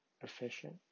efficient